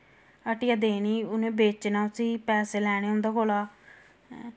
हट्टिया देनी उ'नै बेचना उस्सी पैसे लैने उं'दे कोला